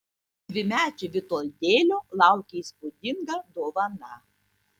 dvimečio vitoldėlio laukė įspūdinga dovana